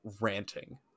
ranting